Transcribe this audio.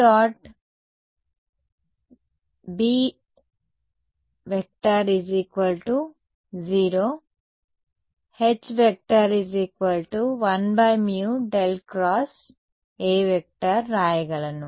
B0⇒ H μ1∇×A వ్రాయగలను